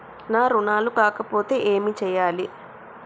నా రుణాలు కాకపోతే ఏమి చేయాలి?